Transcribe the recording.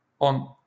on